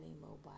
mobile